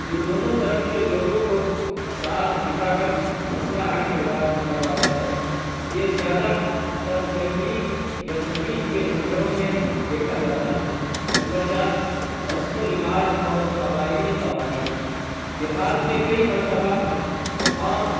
جو دونوں طرف کے لوگوں کو ساتھ بٹھا کر مسئلہ حل کر کرواتا ہے یہ زیادہ تر فیملی یا زمین کے جھگڑوں میں دیکھا جاتا ہے نمبر چار رسم و رواج اور قبائلی قوانین دیہات میں کئی مرتبہ مقام